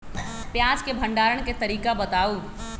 प्याज के भंडारण के तरीका बताऊ?